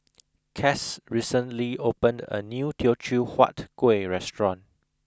Cass recently opened a new teochew huat kuih restaurant